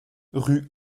rue